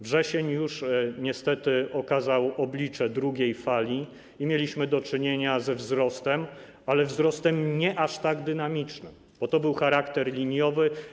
Wrzesień już niestety okazał oblicze drugiej fali i mieliśmy do czynienia ze wzrostem, ale nie aż tak dynamicznym, bo miał on charakter liniowy.